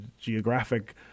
geographic